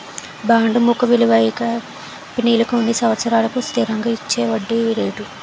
bond ముఖ విలువపై కంపెనీలు కొన్ని సంవత్సరాలకు స్థిరంగా ఇచ్చేవడ్డీ రేటు